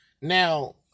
Now